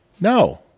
No